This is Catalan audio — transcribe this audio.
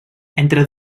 entre